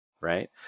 right